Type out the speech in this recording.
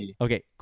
Okay